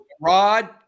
Rod